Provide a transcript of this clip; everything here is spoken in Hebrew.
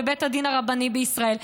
בבית הדין הרבני בישראל.